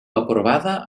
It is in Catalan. aprovada